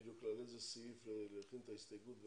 בדיוק על איזה סעיף להכין את ההסתייגות.